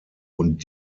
und